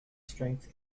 strength